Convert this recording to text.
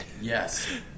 yes